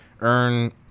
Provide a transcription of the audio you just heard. earn